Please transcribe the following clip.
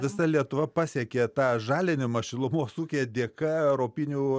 visa lietuva pasiekė tą žalinimą šilumos ūkyje dėka europinių